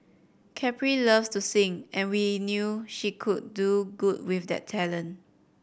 Capri loves to sing and we knew she could do good with that talent